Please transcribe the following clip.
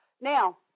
Now